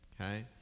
okay